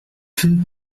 feu